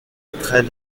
très